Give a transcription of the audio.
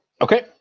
Okay